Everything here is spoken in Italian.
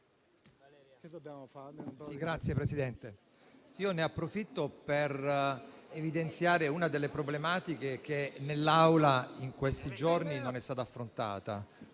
Signor Presidente, io ne approfitto per evidenziare una delle problematiche che in questi giorni non è stata affrontata